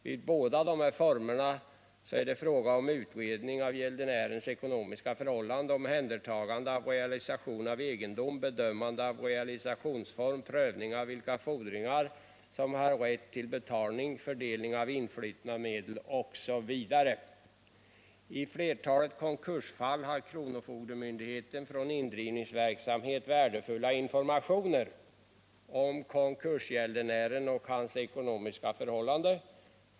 Vid båda dessa former är det fråga om utredning av gäldenärens ekonomiska förhållanden, omhändertagande av realisation av egendom, bedömande av realisationsform, prövning av vilka fordringar som har rätt till betalning, fördelning av influtna medel osv. I flertalet konkursfall har kronofogdemyndigheten från indrivningsverksamheten värdefull information om konkursgäldenären och hans ekonomiska förhållanden.